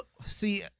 See